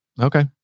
Okay